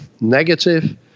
negative